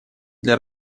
для